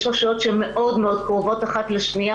יש רשויות מאוד מאוד קרובות אחת לשנייה